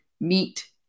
meet